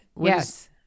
Yes